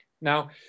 Now